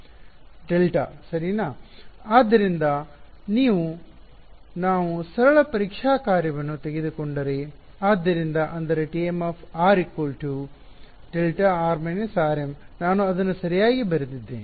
delta ಸರೀನಾ ಆದ್ದರಿಂದ ನೀವು ನಾವು ಸರಳ ಪರೀಕ್ಷಾ ಕಾರ್ಯವನ್ನು ತೆಗೆದುಕೊಂಡರೆ ಆದ್ದರಿಂದ ಅಂದರೆ tm δr − rm ನಾನು ಅದನ್ನು ಸರಿಯಾಗಿ ಬರೆದಿದ್ದೇನೆ